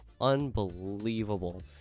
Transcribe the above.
unbelievable